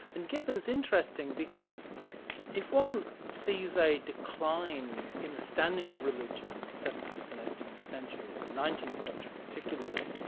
and gibbon's interesting because if one sees a decline in the standing of religion in the seventeenth and eighteenth centuries, and the nineteenth century particularly,